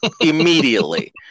Immediately